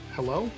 Hello